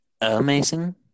Amazing